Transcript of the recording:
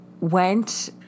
went